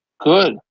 Good